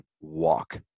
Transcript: walk